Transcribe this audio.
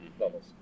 levels